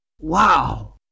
Wow